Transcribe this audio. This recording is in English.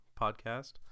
podcast